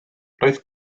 roedd